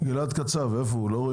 שב פה.